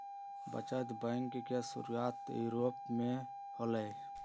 बचत बैंक के शुरुआत यूरोप में होलय